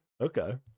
Okay